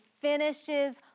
finishes